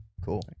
Cool